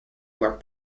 where